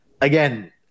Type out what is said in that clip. again